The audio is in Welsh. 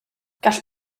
gall